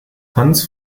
hans